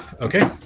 okay